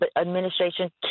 administration